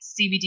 CBD